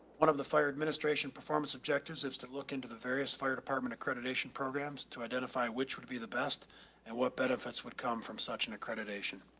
one of the fire administration performance objectives is to look into the various fire department accreditation programs to identify which would be the best at what benefits would come from such an accreditation.